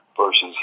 versus